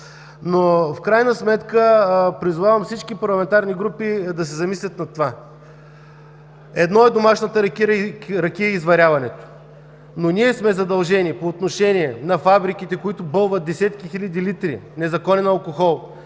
или 800 литра?! Призовавам всички парламентарни групи да се замислят над това. Едно е домашната ракия и изваряването й. Ние сме задължени по отношение на фабриките, които бълват десетки хиляди литри незаконен алкохол,